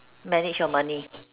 manage your money